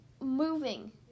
moving